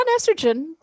estrogen